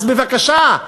אז בבקשה,